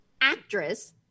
actress